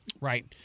Right